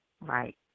Right